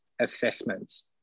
assessments